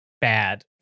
bad